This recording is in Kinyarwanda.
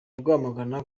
rwamagana